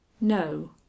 no